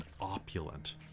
opulent